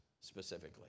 specifically